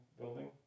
Building